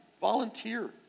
Volunteer